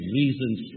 reasons